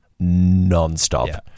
nonstop